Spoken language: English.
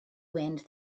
wind